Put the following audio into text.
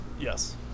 Yes